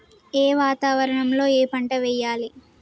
ఏ వాతావరణం లో ఏ పంట వెయ్యాలి?